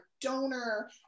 donor